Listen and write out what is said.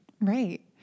Right